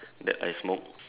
that I smoke